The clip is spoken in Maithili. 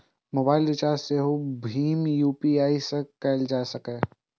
मोबाइल रिचार्ज सेहो भीम यू.पी.आई सं कैल जा सकैए